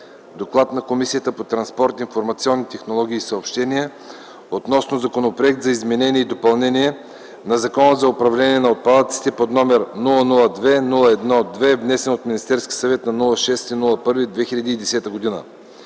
„ДОКЛАД на Комисията по транспорт, информационни технологии и съобщения относно Законопроект за изменение и допълнение на Закона за управление на отпадъците, № 002-01 2, внесен от Министерския съвет на 6 януари 2010 г.